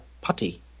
putty